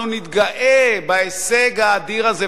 שאנחנו נתגאה בהישג האדיר הזה,